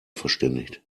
verständigt